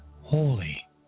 holy